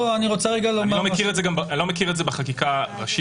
אני גם לא מכיר את זה בחקיקה ראשית.